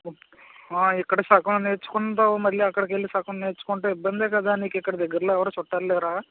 ఇక్కడ సగం నేర్చుకుంటావు మళ్ళీ అక్కడకి వెళ్ళీ సగం నేర్చుకుంటే ఇబ్బందే కదా నీకు ఇక్కడ దగ్గరలో ఎవరూ చుట్టాలు లేరా